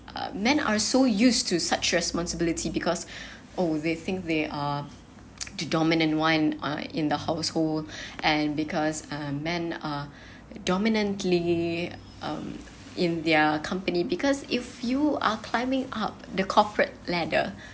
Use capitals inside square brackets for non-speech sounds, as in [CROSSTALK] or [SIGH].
uh men are so used to such responsibility because [BREATH] oh they think they are the dominant one uh in the household [BREATH] and because um men uh [BREATH] dominantly um in their company because if you are climbing up the corporate ladder